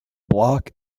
block